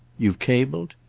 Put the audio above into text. you've cabled?